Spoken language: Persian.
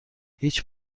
هیچ